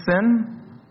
sin